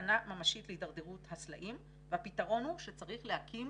סכנה ממשית להידרדרות הסלעים והפתרון הוא שצריך להקים